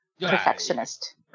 Perfectionist